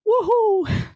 Woohoo